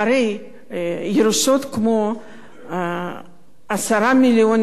ירושות כמו 10 מיליון ומעלה.